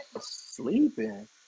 Sleeping